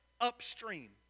upstream